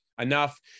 enough